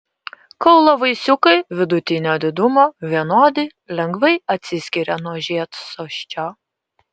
kaulavaisiukai vidutinio didumo vienodi lengvai atsiskiria nuo žiedsosčio